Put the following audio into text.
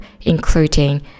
including